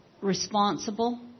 responsible